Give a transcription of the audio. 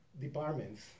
departments